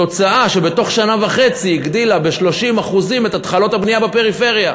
התוצאה היא שבתוך שנה וחצי הגדילו ב-30% את התחלות הבנייה בפריפריה.